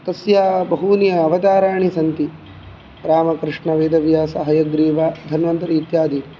तस्य बहूनि अवताराणि सन्ति राम कृष्ण वेदव्यास हयग्रीव धन्वन्तरी इत्यादि